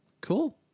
Cool